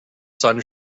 sun